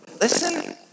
listen